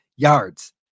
Yards